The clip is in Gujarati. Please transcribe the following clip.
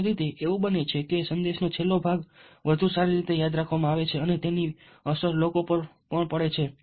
સામાન્ય રીતે એવું બને છે કે સંદેશનો છેલ્લો ભાગ વધુ સારી રીતે યાદ રાખવામાં આવે છે અને તેની અસર લોકો પર પણ પડે છે